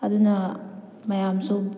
ꯑꯗꯨꯅ ꯃꯌꯥꯝꯁꯨ